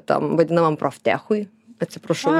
tam vadinamam proftechui atsiprašau